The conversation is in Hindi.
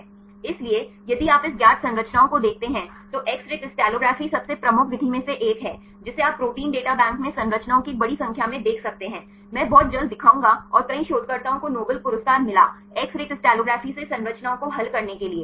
इसलिए यदि आप इस ज्ञात संरचनाओं को देखते हैं तो एक्स रे क्रिस्टलोग्राफी सबसे प्रमुख विधि में से एक है जिसे आप प्रोटीन डाटा बैंक में संरचनाओं की एक बड़ी संख्या में देख सकते हैं मैं बहुत जल्द दिखाऊंगा और कई शोधकर्ताओं को नोबेल पुरस्कार मिला एक्स रे क्रिस्टलोग्राफी से संरचनाओं को हल करने के लिए